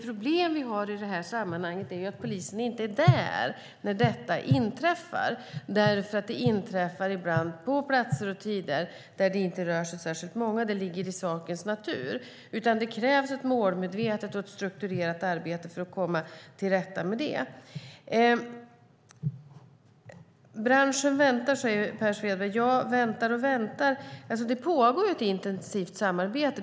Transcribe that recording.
Problemet vi har i det här sammanhanget är att polisen inte är där när detta inträffar, därför att det ibland inträffar på platser och vid tider då det inte rör sig särskilt många. Det ligger i sakens natur. Därför krävs det ett målmedvetet och strukturerat arbete för att komma till rätta med detta. Branschen väntar, säger Per Svedberg. Ja, väntar och väntar. Det pågår ett intensivt samarbete.